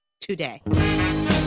today